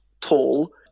tall